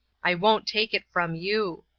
i won't take it from you.